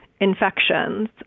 Infections